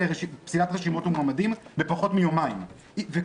אני לא מקבל שום הטחת טענה לגבי שינוי